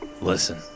Listen